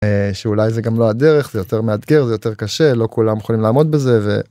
שאולי זה גם לא הדרך זה יותר מאתגר זה יותר קשה לא כולם יכולים לעמוד בזה.